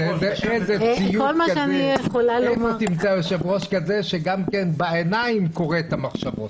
איפה תמצא עוד יושב-ראש כזה שאפילו בעיניים קורא את המחשבות.